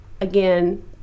again